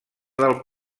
del